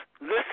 listen